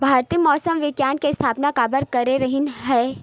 भारती मौसम विज्ञान के स्थापना काबर करे रहीन है?